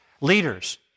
leaders